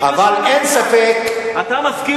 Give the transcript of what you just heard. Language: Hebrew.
היושב-ראש, כבר הודיע שהשנה לא יהיו מים.